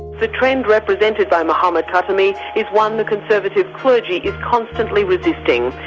the trend represented by mohammad khatami is one the conservative clergy is constantly resisting.